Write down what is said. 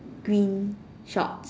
green shorts